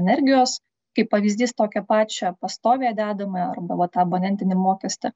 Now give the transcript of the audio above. energijos kaip pavyzdys tokią pačią pastoviąją dedamąją arba va tą abonentinį mokestį